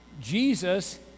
Jesus